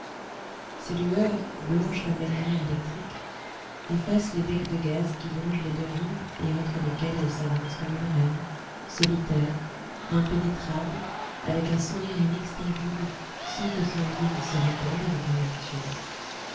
ses lueurs blanches comme la lumière électrique effacent les becs de gaz qui longent les deux rives et entre lesquels elle s'avance comme une reine solitaire impénétrable avec un sourire inextinguible sans que son huile se répande avec amertume